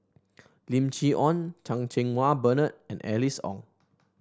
Lim Chee Onn Chan Cheng Wah Bernard and Alice Ong